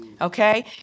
Okay